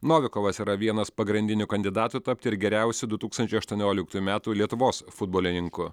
novikovas yra vienas pagrindinių kandidatų tapti geriausiu du tūkstančiai aštuonioliktųjų metų lietuvos futbolininku